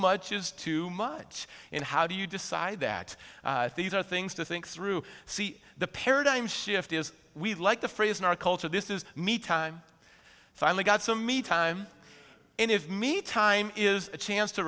much is too much and how do you decide that these are things to think through see the paradigm shift is we like the phrase in our culture this is me time finally got some me time and if me time is a chance to